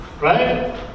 right